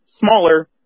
smaller